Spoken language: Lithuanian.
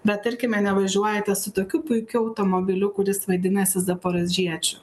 bet tarkime nevažiuojate su tokiu puikiu automobiliu kuris vadinasi zaporožiečiu